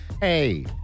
hey